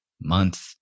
month